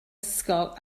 ysgol